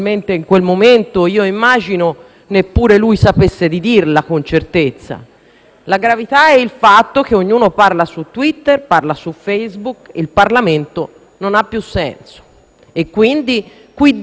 - quanto il fatto che ognuno parla su Twitter o su Facebook, e il Parlamento non ha più senso. Qui dentro non si discutono le cose importanti; lo abbiamo visto con la legge di bilancio: